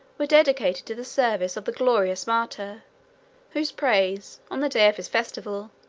were dedicated to the service of the glorious martyr whose praise, on the day of his festival,